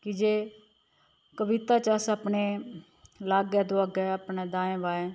की जे कविता च अस अपने लागै दवागै अपनै दाएं बाएं